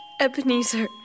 Ebenezer